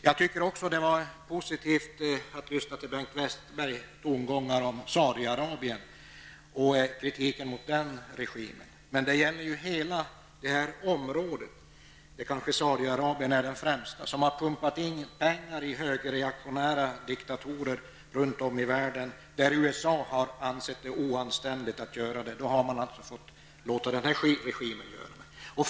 Jag tycker också att det var positivt att lyssna till Bengt Westerbergs tongångar när han talade om Saudiarabien och kritiserade regimen där. Men det gäller ju hela det här området. Saudiarabien är kanske den främsa av de regimer som har pumpat in pengar i länder med högreaktionära diktatorer runt om i världen när USA har ansett det oanständigt att göra det. Då har man i stället låtit den här regimen göra det.